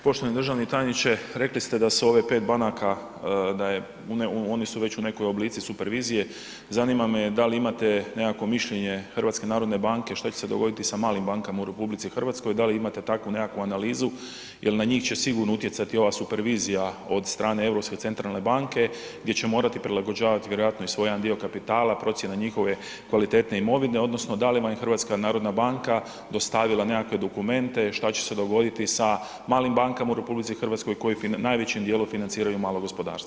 Poštovani državni tajniče, rekli ste da se u ove 5 banaka, da je, oni su već u nekoj oblici supervizije, zanima me da li imate nekakvo mišljenje HNB-a šta će se dogoditi sa malim bankama u RH, da li imate takvu nekakvu analizu jel na njih će sigurno utjecati ova supervizija od strane Europske centralne banke gdje će morati prilagođavati vjerojatno i svoj jedan dio kapitala, procjena njihove kvalitete imovine, odnosno da li vam je HNB dostavila nekakve dokumente šta će se dogoditi sa malim bankama u RH koju najvećim dijelom financiraju mala gospodarstva.